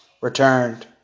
returned